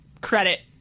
credit